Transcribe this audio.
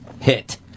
hit